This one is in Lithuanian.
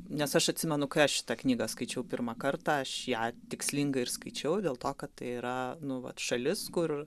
nes aš atsimenu kai aš šitą knygą skaičiau pirmą kartą aš ją tikslingai ir skaičiau dėl to kad tai yra nu vat šalis kur